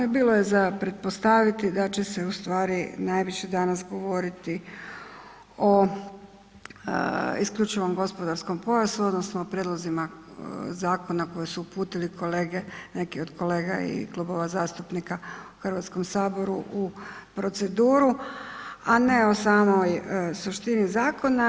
I bilo je za pretpostaviti da će se najviše danas govoriti o isključivom gospodarskom pojasu odnosno prijedlozima zakona koje su uputili neke od kolega i klubova zastupnika u Hrvatskom saboru u proceduru, a ne o samoj suštini zakona.